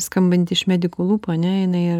skambanti iš medikų lūpų ane jinai